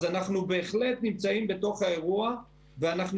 אנחנו בהחלט נמצאים באירוע ואנחנו